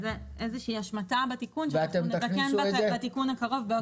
זה איזה השמטה בתיקון שאנחנו נתקן בתיקון הקרוב בעוד כמה ימים.